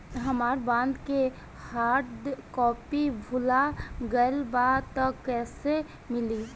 हमार बॉन्ड के hard copy भुला गएलबा त कैसे मिली?